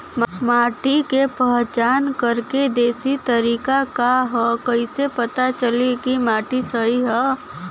माटी क पहचान करके देशी तरीका का ह कईसे पता चली कि माटी सही ह?